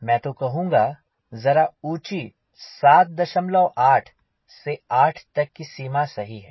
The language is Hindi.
मैं तो कहूँगा जरा ऊंची 78 से 8 तक की सीमा सही है